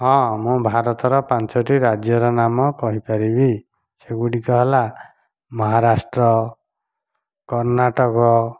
ହଁ ମୁଁ ଭାରତର ପାଞ୍ଚୋଟି ରାଜ୍ୟର ନାମ କହିପାରିବି ସେଗୁଡ଼ିକ ହେଲା ମହାରାଷ୍ଟ୍ର କର୍ଣ୍ଣାଟକ